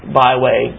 byway